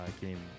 Game